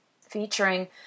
featuring